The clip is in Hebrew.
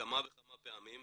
כמה וכמה פעמים,